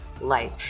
life